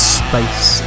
space